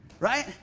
right